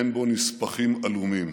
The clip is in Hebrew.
אין בו נספחים עלומים.